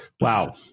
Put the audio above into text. Wow